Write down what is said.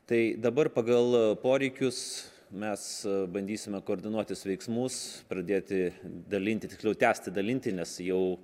tai dabar pagal poreikius mes bandysime koordinuotis veiksmus pradėti dalinti tiksliau tęsti dalinti nes jau